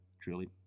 truly